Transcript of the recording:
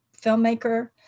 filmmaker